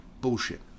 Bullshit